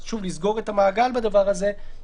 שוב לסגור את המעגל בדבר הזה,